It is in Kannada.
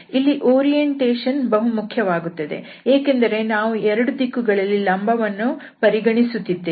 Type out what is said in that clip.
ಇಲ್ಲಿ ಓರಿಯೆಂಟೇಷನ್ ಬಹುಮುಖ್ಯವಾಗುತ್ತದೆ ಏಕೆಂದರೆ ನಾವು ಎರಡು ದಿಕ್ಕುಗಳಲ್ಲಿ ಲಂಬವನ್ನು ಪರಿಗಣಿಸುತ್ತಿದ್ದೇವೆ